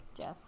Jeff